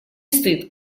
стыд